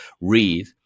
read